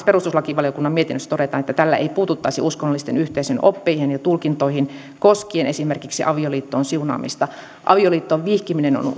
perustuslakivaliokunnan mietinnössä todetaan että tällä ei puututtaisi uskonnollisten yhteisöjen oppeihin ja tulkintoihin koskien esimerkiksi avioliittoon siunaamista avioliittoon vihkiminen on